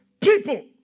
People